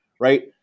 right